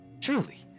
Truly